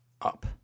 up